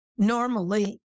Normally